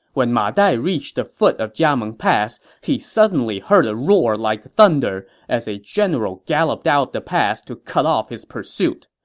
when ma dai reached the foot of jiameng pass, he suddenly heard a roar like thunder as a general galloped out of the pass to cut off his pursuit.